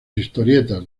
historietas